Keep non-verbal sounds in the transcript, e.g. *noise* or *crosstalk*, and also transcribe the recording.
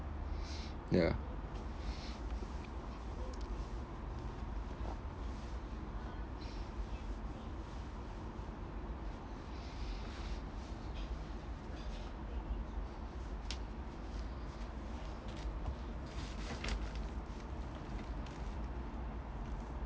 *breath* ya *breath*